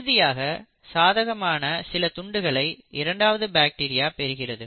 இறுதியாக சாதகமான சில துண்டுகளை இரண்டாவது பாக்டீரியா பெறுகிறது